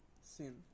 Sin